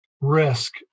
risk